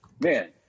man